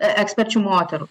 eksperčių moterų